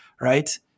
Right